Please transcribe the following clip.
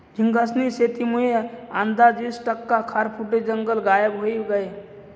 झींगास्नी शेतीमुये आंदाज ईस टक्का खारफुटी जंगल गायब व्हयी गयं